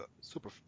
super